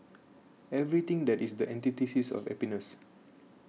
everything that is the antithesis of happiness